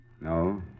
No